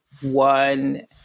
one